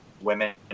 women